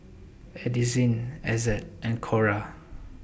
Addisyn Ezzard and Cora